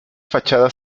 fachada